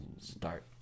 start